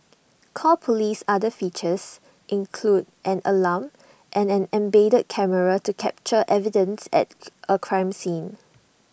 call police's other features include an alarm and an embedded camera to capture evidence at A crime scene